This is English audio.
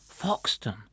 Foxton